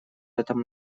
этом